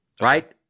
Right